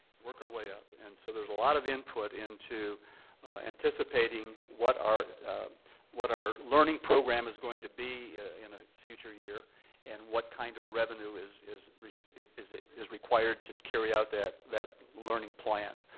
work our way up, and so there's a lot of input into anticipating what our what our learning program is going to be in a future year and what kind of revenue is is is is required to carry out that that learning plan.